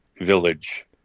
village